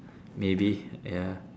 maybe ya